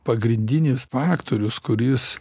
pagrindinis faktorius kuris